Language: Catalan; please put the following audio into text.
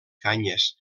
canyes